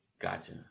Gotcha